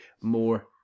more